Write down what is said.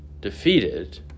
defeated